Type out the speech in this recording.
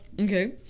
Okay